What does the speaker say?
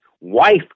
wife